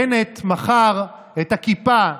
בנט מכר את הכיפה,